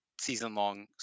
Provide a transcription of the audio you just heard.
season-long